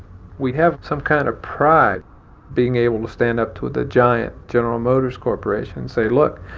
we have some kind of pride being able to stand up to the giant general motors corporation and say, look